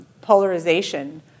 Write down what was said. polarization